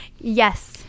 yes